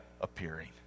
appearing